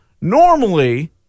normally